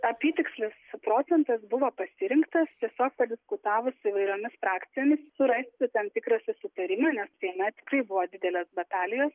apytikslis procentas buvo pasirinktas tiesiog padiskutavus su įvairiomis frakcijomis surasti tam tikrą susitarimą nes seime tikrai buvo didelės batalijos